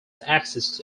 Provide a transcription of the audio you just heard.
axis